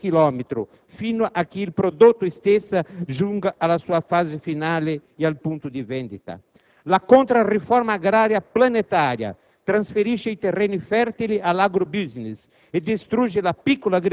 che componenti di un prodotto viaggino migliaia di chilometri fino a che il prodotto stesso giunga alla sua fase finale e al punto di vendita. La controriforma agraria planetaria